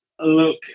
Look